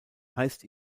heißt